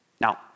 Now